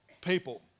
people